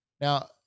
Now